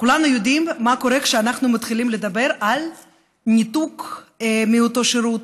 כולנו יודעים מה קורה כשאנחנו מתחילים לדבר על ניתוק מאותו שירות,